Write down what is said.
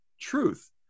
truth